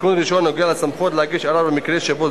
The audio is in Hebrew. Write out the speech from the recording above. התיקון הראשון נוגע לסמכות להגיש ערר במקרה שבו